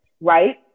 right